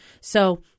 So-